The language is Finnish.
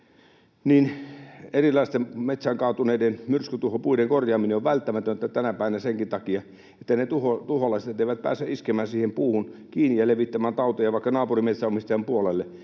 niin erilaisten metsään kaatuneiden myrskytuhopuiden korjaaminen on välttämätöntä tänä päivänä senkin takia, että ne tuholaiset eivät pääse iskemään siihen puuhun kiinni ja levittämään tauteja vaikka naapurimetsänomistajan puolelle.